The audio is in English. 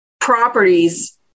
properties